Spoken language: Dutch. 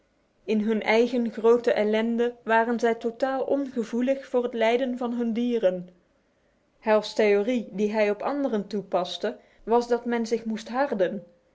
in hun eigen grote ellende waren zij totaal ongevoelig voor het lijden hunner dieren hal's theorie die hij op anderen toepaste was dat men zich moest harden